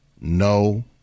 no